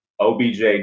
OBJ